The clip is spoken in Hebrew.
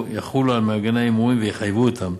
יחולו על מארגני ההימורים ויחייבו אותם,